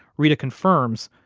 reta confirms,